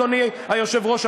אדוני היושב-ראש,